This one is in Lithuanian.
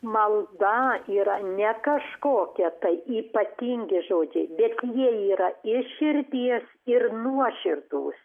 malda yra ne kažkokia tai ypatingi žodžiai bet jie yra iš širdies ir nuoširdūs